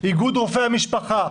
איגוד רופאי המשפחה,